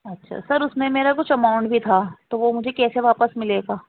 اچھا سر اس میں میرا کچھ اماؤنٹ بھی تھا تو وہ مجھے کیسے واپس ملے گا